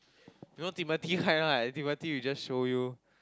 you know Timothy kind right Timothy will just show you